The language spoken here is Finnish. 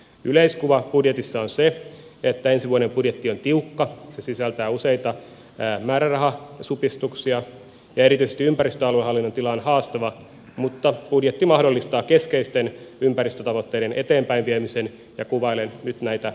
yleiskuva budjetissa on se että ensi vuoden budjetti on tiukka se sisältää useita määrärahasupistuksia ja erityisesti ympäristöaluehallinnon tila on haastava mutta budjetti mahdollistaa keskeisten ympäristötavoitteiden eteenpäinviemisen ja kuvailen nyt näitä sisältöjä